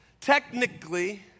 technically